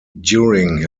during